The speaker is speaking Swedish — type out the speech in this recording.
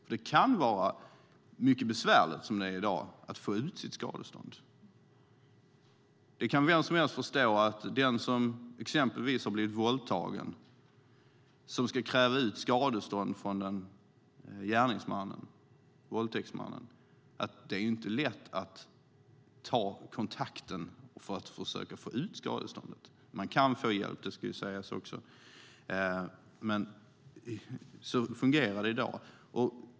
Som det är i dag kan det vara mycket besvärligt att få ut sitt skadestånd. Vem som helst kan förstå att det för den som exempelvis har blivit våldtagen och ska kräva ut skadeståndet från våldtäktsmannen inte är lätt att ta kontakten för att försöka få ut skadeståndet. Man kan dock få hjälp; det ska också sägas. Så fungerar det i dag.